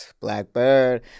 Blackbird